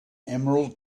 emerald